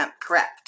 correct